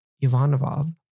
Ivanov